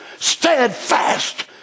steadfast